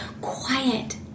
quiet